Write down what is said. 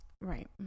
Right